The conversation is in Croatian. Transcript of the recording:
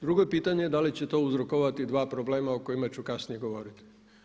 Drugo je pitanje da li će to uzrokovati dva problema o kojima ću kasnije govoriti.